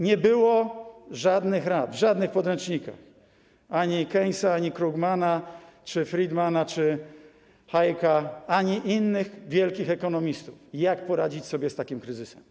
Nie było żadnych rad w żadnych podręcznikach, ani Keynesa, ani Krugmana, ani Friedmana, ani Hayeka, ani innych wielkich ekonomistów, jak poradzić sobie z takim kryzysem.